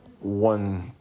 one